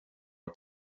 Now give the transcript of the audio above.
att